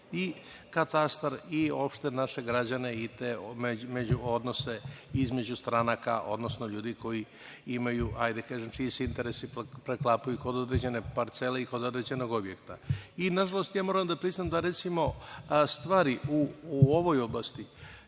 i Katastar i opšte naše građane i odnose između stranaka, odnosno ljudi koji imaju, hajde da kažem čiji se interesi preklapaju kod određene parcele i kod određenog objekta.I, nažalost, ja moram da priznam, da recimo, stvari u ovoj oblasti